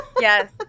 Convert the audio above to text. yes